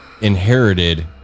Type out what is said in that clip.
inherited